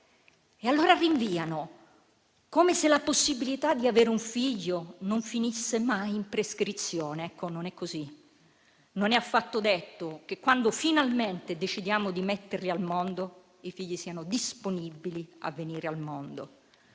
E allora rinviano, come se la possibilità di avere un figlio non finisse mai in prescrizione. Ma non è così: non è affatto detto che, quando finalmente decidiamo di metterli al mondo, i figli siano disponibili a venire al mondo.